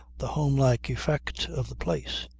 the home-like effect of the place.